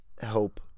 help